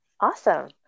Awesome